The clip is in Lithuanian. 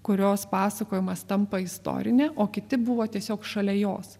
kurios pasakojimas tampa istorine o kiti buvo tiesiog šalia jos